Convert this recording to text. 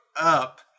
up